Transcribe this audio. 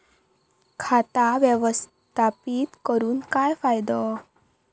खाता व्यवस्थापित करून काय फायदो?